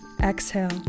exhale